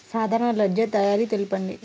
సాధారణ లెడ్జెర్ తయారి తెలుపండి?